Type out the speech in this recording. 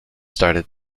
started